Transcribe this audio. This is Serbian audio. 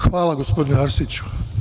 Hvala, gospodine Arsiću.